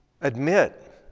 Admit